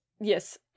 Yes